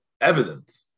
evident